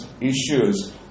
issues